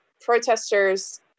protesters